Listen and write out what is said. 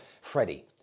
Freddie